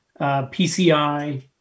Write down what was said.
PCI